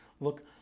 Look